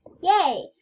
Yay